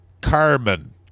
Carmen